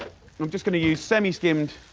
i'm just gonna use semi skimmed,